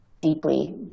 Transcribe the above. deeply